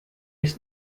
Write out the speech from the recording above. ist